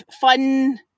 fun